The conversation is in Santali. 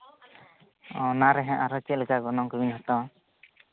ᱚᱱᱟ ᱨᱮᱦᱟᱸᱜ ᱟᱨᱚ ᱪᱮᱫ ᱞᱮᱠᱟ ᱜᱚᱱᱚᱝ ᱠᱚᱵᱤᱱ ᱦᱟᱛᱟᱣᱟ